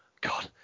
God